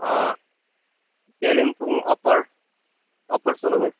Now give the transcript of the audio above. Kalimpong upper upper सोह्र mile